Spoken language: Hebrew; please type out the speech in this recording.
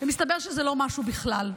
ומסתבר שזה לא משהו בכלל.